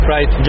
Right